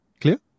clear